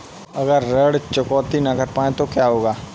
अगर ऋण चुकौती न कर पाए तो क्या होगा?